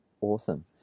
Awesome